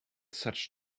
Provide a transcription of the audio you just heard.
such